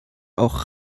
auch